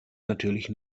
natürlich